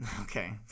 Okay